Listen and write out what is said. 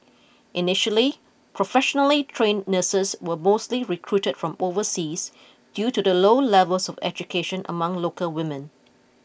initially professionally trained nurses were mostly recruited from overseas due to the low levels of education among local women